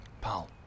pal